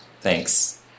thanks